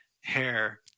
hair